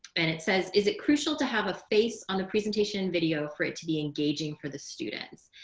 and it says, is it crucial to have a face on the presentation video for it to be engaging for the students?